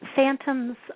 Phantoms